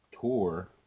tour